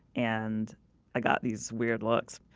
and i got these weird looks.